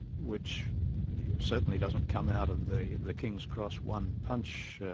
which certainly doesn't come out of the the king's cross one-punch